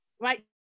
right